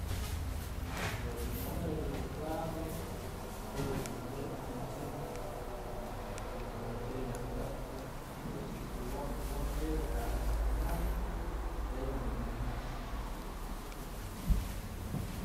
Pues konëbë clavo tu'uk kë myaj mat'sidëp ji'im martillo naj kapë jadunt's kuwop wopyëp axta kyunaxëp të najk dun myaj may.